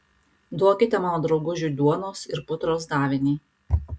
duokite mano draugužiui duonos ir putros davinį